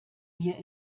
wir